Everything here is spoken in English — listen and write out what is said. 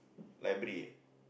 library